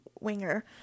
Winger